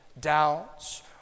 doubts